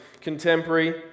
contemporary